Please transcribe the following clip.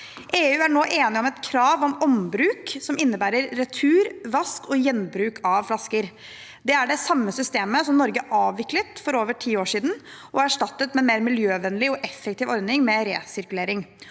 EU er nå enige om et krav om ombruk som innebærer retur, vask og gjenbruk av flasker. Det er det samme systemet som Norge avviklet for over ti år siden og erstattet med en mer miljøvennlig og effektiv ordning med resirkulering.